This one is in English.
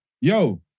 yo